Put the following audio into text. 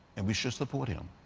and we should support him.